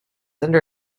under